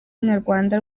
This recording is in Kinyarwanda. nyarwanda